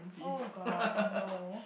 oh god no